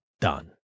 Done